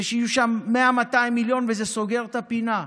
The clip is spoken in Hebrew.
שיהיו שם 100, 200 מיליון וזה סוגר את הפינה,